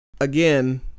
again